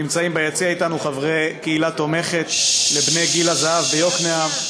נמצאים ביציע אתנו חברי קהילה תומכת לבני גיל הזהב ביקנעם.